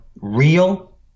real